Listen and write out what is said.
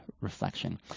reflection